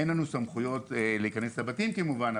אין לנו סמכויות להיכנס לבתים כמובן,